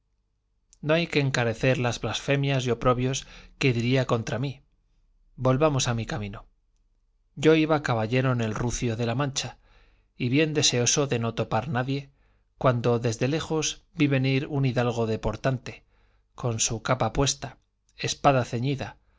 no hay que encarecer las blasfemias y oprobios que diría contra mí volvamos a mi camino yo iba caballero en el rucio de la mancha y bien deseoso de no topar nadie cuando desde lejos vi venir un hidalgo de portante con su capa puesta espada ceñida